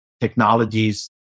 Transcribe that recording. technologies